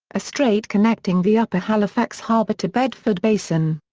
a strait connecting the upper halifax harbour to bedford basin.